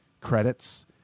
credits